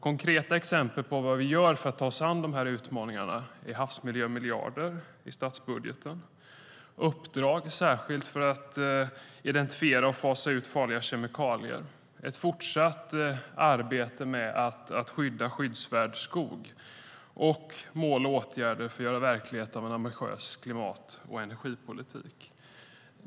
Konkreta exempel på vad vi gör för att ta oss an dessa utmaningar är havsmiljömiljarder i statsbudgeten, ett särskilt uppdrag för att identifiera och fasa ut farliga kemikalier, ett fortsatt arbete med att skydda skyddsvärd skog samt mål och åtgärder för att göra verklighet av en ambitiös klimat och energipolitik.